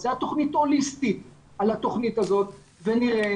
נבצע תוכנית הוליסטית על התוכנית הזאת ונראה